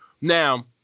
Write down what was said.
Now